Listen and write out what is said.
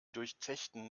durchzechten